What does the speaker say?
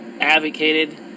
advocated